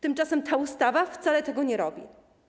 Tymczasem ta ustawa wcale tego nie robi.